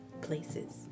places